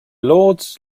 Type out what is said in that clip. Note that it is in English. lords